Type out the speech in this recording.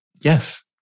Yes